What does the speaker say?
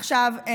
עכשיו,